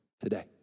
today